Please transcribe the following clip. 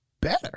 better